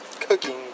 cooking